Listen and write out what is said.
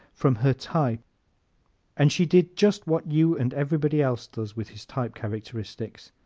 from her type and she did just what you and everybody else does with his type-characteristics.